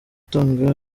atanga